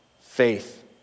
Faith